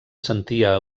sentia